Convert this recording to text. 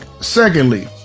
Secondly